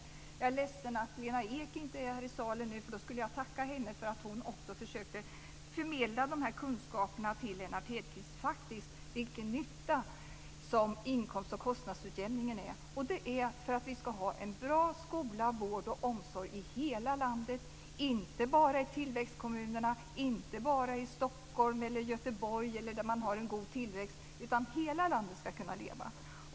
Jag är ledsen att Lena Ek inte är i plenisalen nu, för då skulle jag ha tackat henne för att hon också försökt förmedla kunskapen till Lennart Hedquist om vilken nytta inkomst och kostnadsutjämningen faktiskt gör. Den är till för att vi ska ha en bra skola, vård och omsorg i hela landet - inte bara i tillväxtkommunerna, inte bara i Stockholm eller Göteborg eller där man har en god tillväxt. Hela landet ska kunna leva.